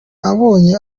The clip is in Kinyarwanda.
ababonye